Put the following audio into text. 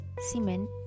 cement